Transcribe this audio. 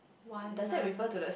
one none